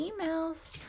emails